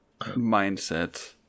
mindset